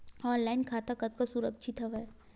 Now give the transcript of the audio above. Online खाता कतका सुरक्षित हवय?